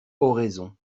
oraison